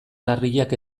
larriak